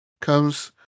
comes